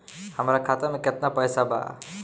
हमरा खाता मे केतना पैसा बा?